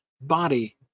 body